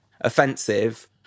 offensive